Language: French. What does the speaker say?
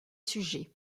sujets